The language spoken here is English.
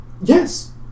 Yes